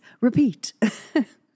repeat